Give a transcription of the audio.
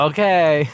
Okay